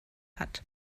hat